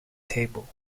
table